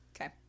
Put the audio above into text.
Okay